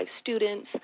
students